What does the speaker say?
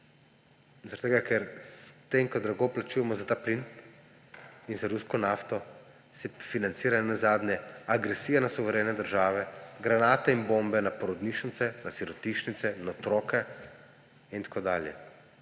tega, ker s tem, ko drago plačujemo za ta plin in za rusko nafto, se financira nazadnje agresija na suverene države, granate in bombe na porodnišnice, na sirotišnice, na otroke in tako dalje.